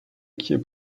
quille